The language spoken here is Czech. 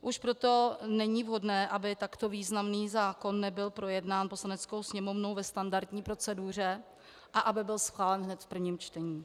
Už proto není vhodné, aby takto významný zákon nebyl projednán Poslaneckou sněmovnou ve standardní proceduře a aby byl schválen hned v prvním čtení.